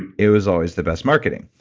it was always the best marketing.